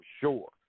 sure